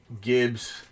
Gibbs